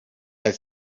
had